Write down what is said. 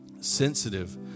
sensitive